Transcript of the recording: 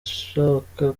ishoka